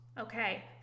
okay